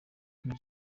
king